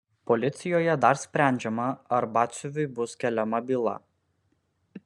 policijoje dar sprendžiama ar batsiuviui bus keliama byla